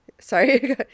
sorry